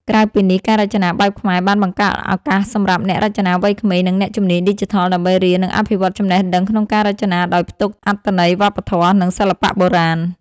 ក្រៅពីនេះ ការរចនាបែបខ្មែរបានបង្កើតឱកាសសម្រាប់អ្នករចនាវ័យក្មេង និងអ្នកជំនាញឌីជីថល ដើម្បីរៀន និងអភិវឌ្ឍចំណេះដឹងក្នុងការរចនាដោយផ្ទុកអត្ថន័យវប្បធម៌ និងសិល្បៈបុរាណ។